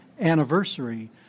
anniversary